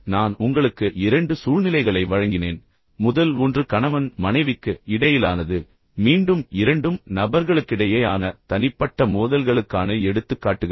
இப்போது நான் உங்களுக்கு இரண்டு சூழ்நிலைகளை வழங்கினேன் முதல் ஒன்று கணவன் மனைவிக்கு இடையிலானது மீண்டும் இரண்டும் இரண்டு நபர்களுக்கிடையேயான தனிப்பட்ட மோதல்களுக்கான எடுத்துக்காட்டுகள்